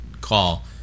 call